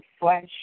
flesh